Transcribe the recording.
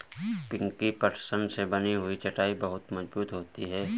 पिंकी पटसन से बनी हुई चटाई बहुत मजबूत होती है